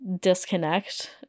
disconnect